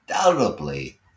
undoubtedly